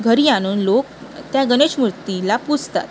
घरी आणून लोक त्या गणेश मूर्तीला पूजतात